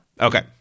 Okay